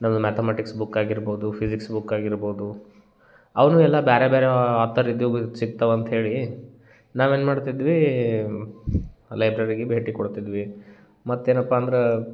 ನಂದು mathematics book ಆಗಿರ್ಬೋದು physics book ಆಗಿರ್ಬೋದು ಅವನ್ನೂ ಎಲ್ಲ ಬೇರೆ ಬೇರೆ ಆತರ್ ಇದು ಸಿಕ್ತವೆ ಅಂತ್ಹೇಳಿ ನಾವೇನು ಮಾಡ್ತಿದ್ವಿ ಲೈಬ್ರೆರಿಗೆ ಭೇಟಿ ಕೊಡುತ್ತಿದ್ವಿ ಮತ್ತೇನಪ್ಪ ಅಂದ್ರೆ